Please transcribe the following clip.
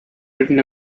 written